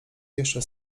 jeszcze